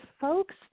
folks